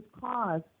cause